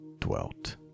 dwelt